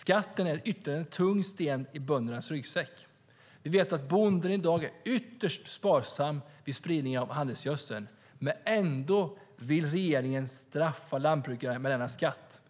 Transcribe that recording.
Skatten är ytterligare en tung sten i böndernas ryggsäck. Vi vet att bonden i dag är ytterst sparsam vid spridning av handelsgödsel, men ändå vill regeringen straffa lantbrukaren med denna skatt.